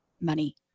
money